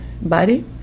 body